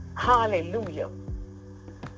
hallelujah